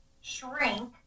shrink